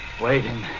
waiting